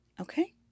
okay